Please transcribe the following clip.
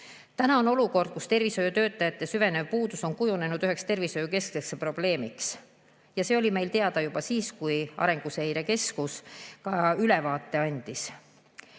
on olukord, kus tervishoiutöötajate süvenev puudus on kujunenud üheks tervishoiu keskseks probleemiks. See oli meil teada juba siis, kui Arenguseire Keskus sellest ülevaate andis.